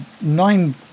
nine